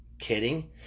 kidding